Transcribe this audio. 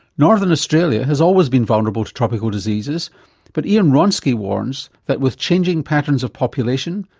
northern australia has always been vulnerable to tropical diseases but ian wronski warns that with changing patterns of population,